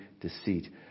deceit